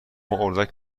اردک